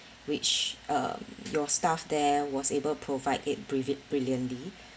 which uh your staff there was able provide it brilli~ brilliantly